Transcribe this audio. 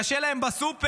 קשה להם בסופר,